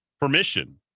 permission